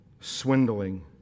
swindling